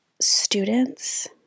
students